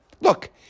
Look